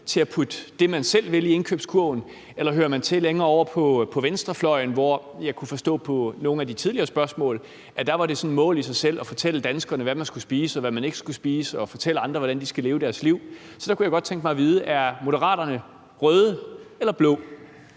til at putte det, man selv vil, i indkøbskurven, eller hører man til længere ovre på venstrefløjen, hvor jeg kunne forstå på nogle af de tidligere spørgsmål at det er sådan et mål i sig selv at fortælle danskerne, hvad man skal spise, og hvad man ikke skal spise, og fortælle andre, hvordan de skal leve deres liv? Så der kunne jeg godt tænke mig at vide: Er Moderaterne røde eller blå?